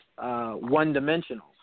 one-dimensional